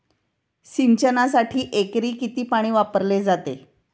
सिंचनासाठी एकरी किती पाणी वापरले जाते?